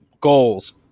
goals